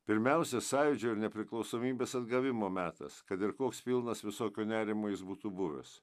pirmiausia sąjūdžio ir nepriklausomybės atgavimo metas kad ir koks pilnas visokio nerimo jis būtų buvęs